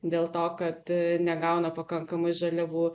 dėl to kad negauna pakankamai žaliavų